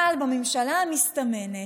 אבל בממשלה המסתמנת,